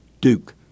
Duke